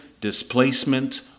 displacement